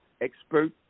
expert